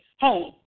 home